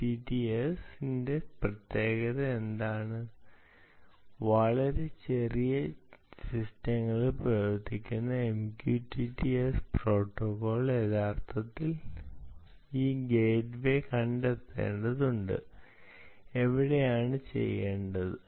MQTT S ന്റെ പ്രത്യേകത എന്താണ് വളരെ ചെറിയ സിസ്റ്റങ്ങളിൽ പ്രവർത്തിക്കുന്ന ഈ MQTT S പ്രോട്ടോക്കോൾ യഥാർത്ഥത്തിൽ ഈ ഗേറ്റ്വേ കണ്ടെത്തേണ്ടതുണ്ട് എവിടെയാണ് ചെയ്യേണ്ടത്